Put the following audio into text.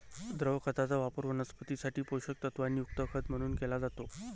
द्रव खताचा वापर वनस्पतीं साठी पोषक तत्वांनी युक्त खत म्हणून केला जातो